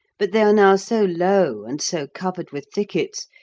but they are now so low, and so covered with thickets,